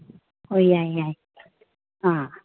ꯍꯣꯏ ꯌꯥꯏ ꯌꯥꯏ ꯑꯥ